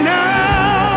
now